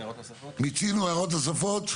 מיצינו הוראות נוספות.